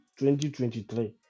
2023